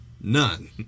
None